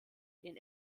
den